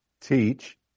teach